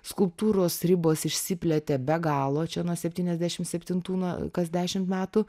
skulptūros ribos išsiplėtė be galo čia nuo septyniasdešim septintų na kas dešimt metų